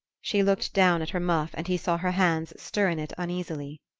she looked down at her muff, and he saw her hands stir in it uneasily.